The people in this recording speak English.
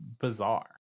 bizarre